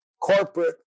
corporate